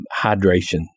Hydration